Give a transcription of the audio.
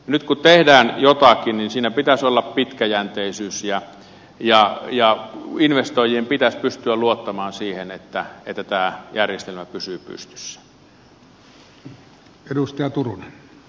nyt kun tehdään jotakin niin siinä pitäisi olla pitkäjänteisyyttä ja investoijien pitäisi pystyä luottamaan siihen että tämä järjestelmä pysyy pystyssä